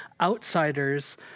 outsiders